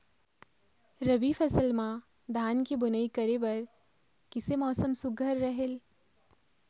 रबी फसल म धान के बुनई करे बर किसे मौसम सुघ्घर रहेल?